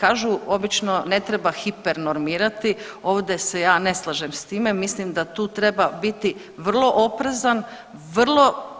Kažu obično ne treba hipernormirati ovdje se ja ne slažem s time, mislim da tu treba biti vrlo oprezan,